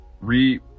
re